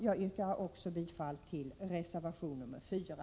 Jag yrkar bifall till reservation 4.